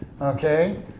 Okay